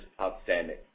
outstanding